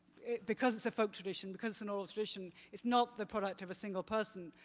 because it's a folk tradition, because it's an old tradition, it's not the product of a single person.